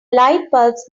lightbulbs